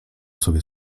sobie